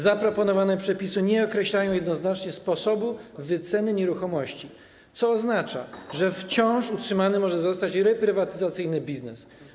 Zaproponowane przepisy nie określają jednoznacznie sposobu wyceny nieruchomości, co oznacza, że wciąż utrzymany może zostać reprywatyzacyjny biznes.